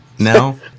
No